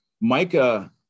Micah